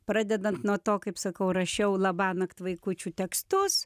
pradedant nuo to kaip sakau rašiau labanakt vaikučių tekstus